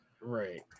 right